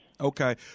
Okay